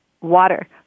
water